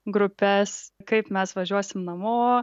grupes kaip mes važiuosim namo